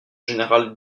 général